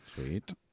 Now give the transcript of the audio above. Sweet